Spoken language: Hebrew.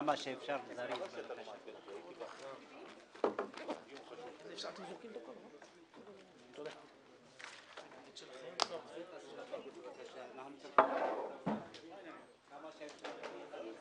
הישיבה ננעלה בשעה 12:09.